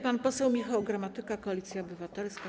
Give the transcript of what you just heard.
Pan poseł Michał Gramatyka, Koalicja Obywatelska.